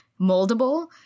moldable